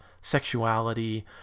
sexuality